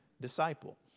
disciple